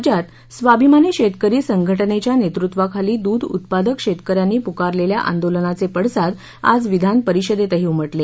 राज्यात स्वाभिमानी शेतकरी संघटनेच्या नेतृत्वाखाली दूध उत्पादक शेतकऱ्यांनी पुकारलेल्या आंदोलनाचे पडसाद आज विधानपरिषदेतही उमटले